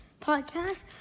Podcast